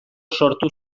sortu